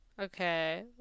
Okay